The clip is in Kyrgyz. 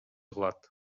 кылат